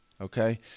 Okay